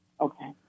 okay